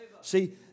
See